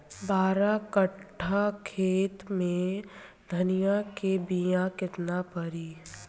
बारह कट्ठाखेत में धनिया के बीया केतना परी?